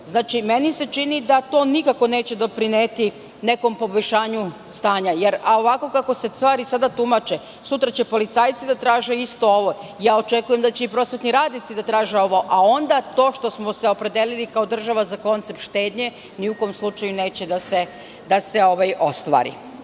meni se čini da to nikako neće doprineti nekom poboljšanju stanja. Ovako kako se stvari sada tumače, sutra će policajci da traže isto ovo, a očekujem da će i prosvetni radnici da traže ovo, a onda to što smo se opredelili kao država za koncept štednje, ni u kom slučaju neće da se ostvari.